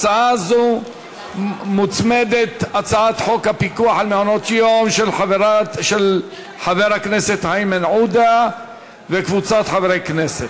להצעה זו מוצמדת הצעת חוק של חבר הכנסת איימן עודה וקבוצת חברי הכנסת.